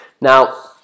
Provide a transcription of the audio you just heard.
now